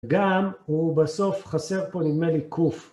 גם הוא בסוף חסר פה נדמה לי קוף.